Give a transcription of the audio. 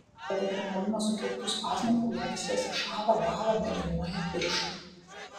dėl adrenalino sukeltų spazmų kraujagyslėse šąla bąla mėlynuoja pirštai